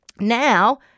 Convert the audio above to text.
Now